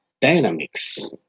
dynamics